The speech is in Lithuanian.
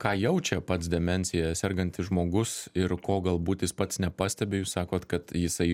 ką jaučia pats demencija sergantis žmogus ir ko galbūt jis pats nepastebi jūs sakot kad jisai